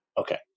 Okay